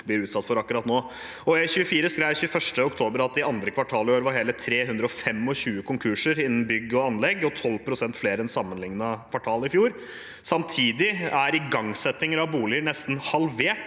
blir utsatt for akkurat nå. E24 skrev 21. oktober at i andre kvartal i år var det hele 325 konkurser innen bygg og anlegg, 12 pst. flere enn i samme kvartal i fjor. Samtidig er igangsettinger av boliger nesten halvert